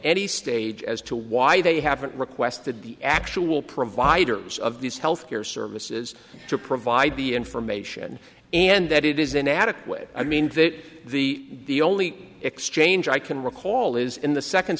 any stage as to why they haven't requested the actual providers of these health care services to provide the information and that it is inadequate i mean that the only exchange i can recall is in the second